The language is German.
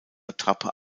attrappe